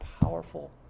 powerful